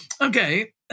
Okay